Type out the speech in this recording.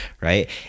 right